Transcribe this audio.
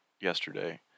yesterday